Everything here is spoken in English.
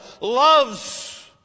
loves